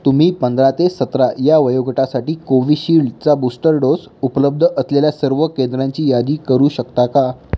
तुम्ही पंधरा ते सतरा या वयोगटासाठी कोविशिल्डचा बूस्टर डोस उपलब्ध असलेल्या सर्व केंद्रांची यादी करू शकता का